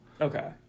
Okay